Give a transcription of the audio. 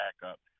backup